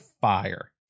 fire